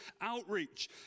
outreach